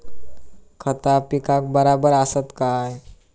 खता पिकाक बराबर आसत काय?